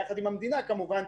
יחד עם המדינה כמובן,